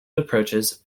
approaches